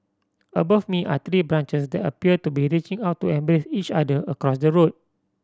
above me are tree branches that appear to be reaching out to embrace each other across the road